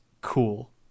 Cool